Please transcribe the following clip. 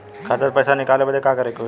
खाता से पैसा निकाले बदे का करे के होई?